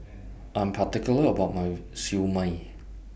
I'm particular about My Siew Mai